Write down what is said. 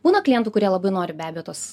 būna klientų kurie labai nori be abejo tos